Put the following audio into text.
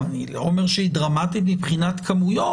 אני לא אומר שהיא דרמטית מבחינת כמויות,